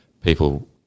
people